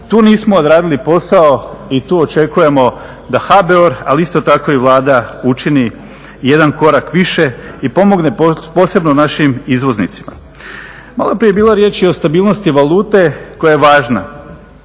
Tu nismo odradili posao i tu očekujemo da HBOR, ali isto tako i Vlada učini jedan korak više i pomogne posebno našim izvoznicima. Maloprije je bilo riječi o stabilnosti valute koja je važna,